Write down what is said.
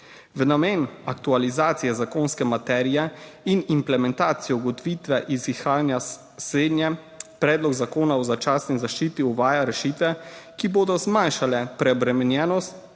V namen aktualizacije zakonske materije in implementacijo ugotovitve iz izhajanja slednje, predlog zakona o začasni zaščiti uvaja rešitve, ki bodo zmanjšale preobremenjenost